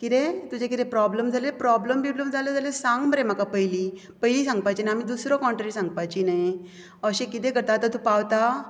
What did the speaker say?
कितें तुजे कितें प्रोब्लम जाले प्रोब्लेम ब्रिबलम जाले जाल्यार सांग मरे म्हाका पयली पयलीं सांगपाचे न्हय आमी दुसरो कोण तरी सांगपाची न्हय अशें कितें करता आतां तूं पावता